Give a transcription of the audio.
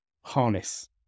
harness